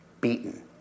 beaten